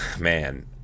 Man